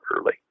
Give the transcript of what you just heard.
early